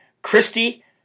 Christy